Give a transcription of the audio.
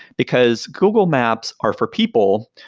because google maps are for people,